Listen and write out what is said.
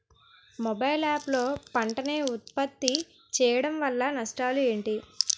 Mobile app లో పంట నే ఉప్పత్తి చేయడం వల్ల నష్టాలు ఏంటి?